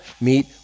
meet